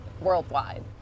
worldwide